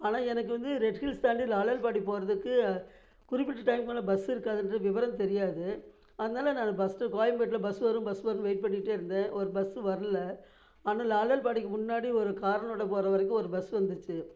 ஆனால் எனக்கு வந்து ரெட்ஹில்ஸ் தாண்டி லால்யாழ்பாடி போகிறதுக்கு குறிப்பிட்ட டைம்க்கு மேலே பஸ் இருக்காதுன்ற விவரம் தெரியாது அதனால் நானும் ஃபஸ்ட்டு கோயம்பேட்டில் பஸ் வரும் பஸ் வரும்னு வெயிட் பண்ணிட்டுருந்தேன் ஒரு பஸ்ஸும் வரல ஆனால் லாலியாழ்பாடிக்கு முன்னாடி ஒரு கார்னோடய போகிற வரைக்கும் ஒரு பஸ் வந்துச்சு